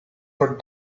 but